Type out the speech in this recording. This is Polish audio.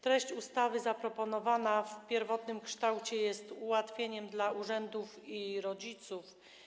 Treść ustawy zaproponowana w pierwotnym kształcie jest ułatwieniem dla urzędów i rodziców.